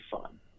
fun